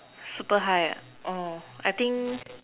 super high ah mm I think